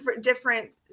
different